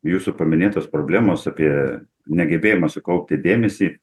jūsų paminėtos problemos apie negebėjimą sukaupti dėmesį